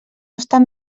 estan